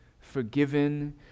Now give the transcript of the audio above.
forgiven